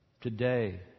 Today